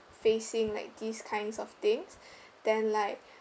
facing like these kinds of things then like